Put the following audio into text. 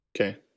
Okay